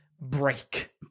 break